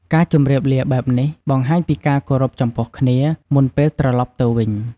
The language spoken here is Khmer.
ការជម្រាបលាបែបនេះ បង្ហាញពីការគោរពចំពោះគ្នា មុនពេលត្រឡប់ទៅវិញ។